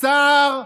סער?